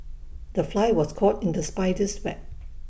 the fly was caught in the spider's web